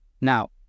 now